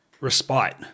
respite